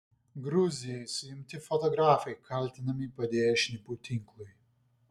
gruzijoje suimti fotografai kaltinami padėję šnipų tinklui